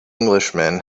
englishman